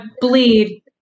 bleed